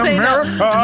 America